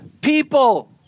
people